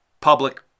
public